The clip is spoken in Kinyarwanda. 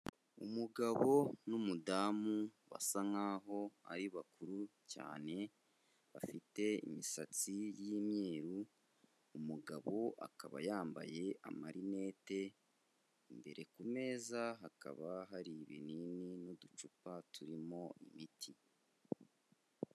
Umugabo n'umudamu basa nkaho ari bakuru cyane, bafite imisatsi y'imyeru, umugabo akaba yambaye amarinete, imbere ku meza hakaba hari ibinini n'uducupa turimo imiti.